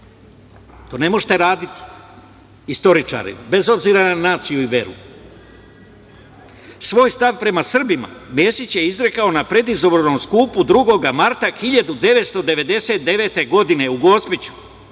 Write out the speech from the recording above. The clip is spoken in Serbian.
to ne možete raditi istoričare, bez obzira na naciju i veru. Svoj stav prema Srbima Mesić je izrekao na predizbornom skupu 2. marta 1999. godine u Gospiću.